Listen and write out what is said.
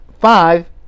five